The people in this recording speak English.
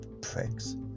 pricks